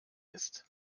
ist